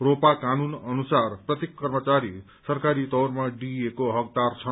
रोपा कानून अनुसार प्रत्येक कर्मचारी सरकारी तौरमा जीए को हकदार छन्